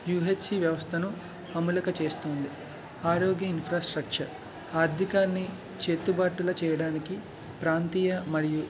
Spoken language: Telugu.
యుహెచ్సి వ్యవస్థను అమలు చేస్తుంది ఆరోగ్య ఇన్ఫ్రాస్ట్రక్చర్ ఆర్థికాన్ని చేతిబాటలో చేయడానికి ప్రాంతీయ మరియు